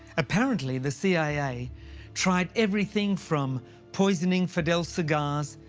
apparently the cia tried everything from poisoning fidel's cigars,